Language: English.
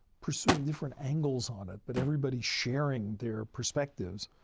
pursuing different angles on it, but everybody sharing their perspectives,